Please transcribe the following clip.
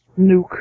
Nuke